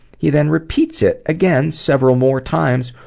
he then repeats it, again several more times,